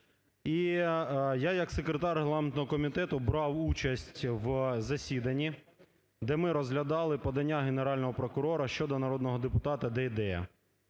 я, як секретар Регламентного комітету, брав участь в засіданні, де ми розглядали подання Генерального прокурора щодо народного депутата Дейдея.